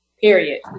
Period